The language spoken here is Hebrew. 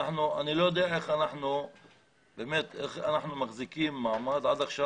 אני לא יודע איך אנחנו מחזיקים מעמד עד עכשיו.